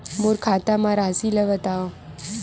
मोर खाता म राशि ल बताओ?